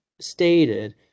stated